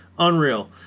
Unreal